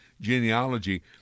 genealogy